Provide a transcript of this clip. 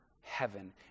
heaven